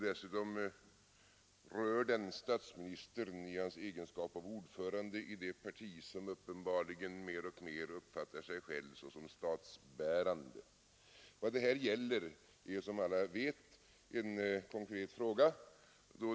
Dessutom rör frågan statsministern i hans egenskap av ordförande i det parti som uppenbarligen mer och mer uppfattar sig självt såsom Som alla vet gäller det här en konkret fråga.